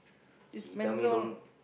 this Spencer all